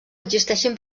existeixen